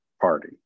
party